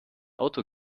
auto